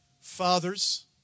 fathers